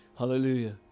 Hallelujah